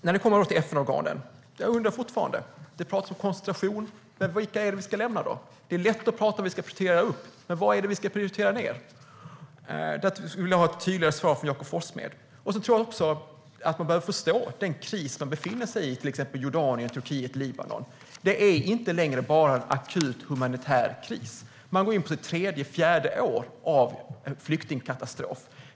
När det kommer till FN-organen undrar jag fortfarande. Det talas om koncentration, men vilka är det vi ska lämna? Det är lätt att tala om vad vi ska prioritera upp, men vad är det vi ska prioritera ned? Där skulle jag vilja ha ett tydligare svar från Jakob Forssmed. Jag tror också att vi behöver förstå den kris till exempel Jordanien, Turkiet och Libanon befinner sig i. Det är inte längre bara en akut humanitär kris, utan man går in på sitt tredje eller fjärde år av flyktingkatastrof.